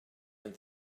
and